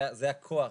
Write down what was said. זה הכוח,